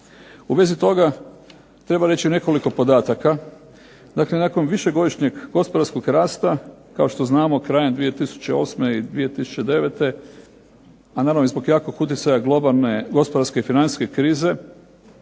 U vezi toga treba reći nekoliko podataka. Dakle, nakon višegodišnjeg gospodarskog rasta kao što znamo krajem 2008. i 2009. a naravno i zbog jakog utjecaja globalne gospodarske i financijske krize